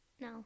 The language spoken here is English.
no